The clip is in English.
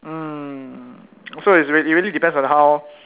mm so it's it really depends on how